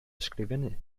ysgrifennu